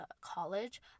college